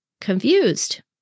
confused